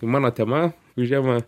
mano tema užima